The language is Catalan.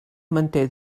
manté